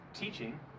teaching